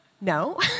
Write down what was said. No